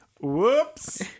Whoops